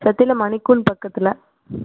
சத்தியில மணிக்கூண்டு பக்கத்தில்